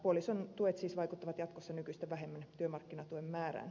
puolison tuet siis vaikuttavat jatkossa nykyistä vähemmän työmarkkinatuen määrään